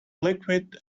liquid